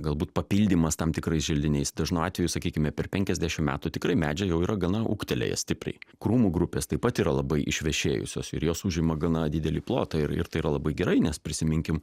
galbūt papildymas tam tikrais želdiniais dažnu atveju sakykime per penkiasdešimt metų tikrai medžiai jau yra gana ūgtelėję stipriai krūmų grupės taip pat yra labai išvešėjusios ir jos užima gana didelį plotą ir ir tai yra labai gerai nes prisiminkim